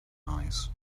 eyes